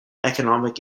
economic